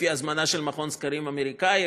לפי הזמנה של מכון סקרים אמריקני,